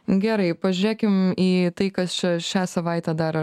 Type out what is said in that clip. gerai pažiūrėkim į tai kas čia šią savaitę dar